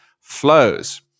flows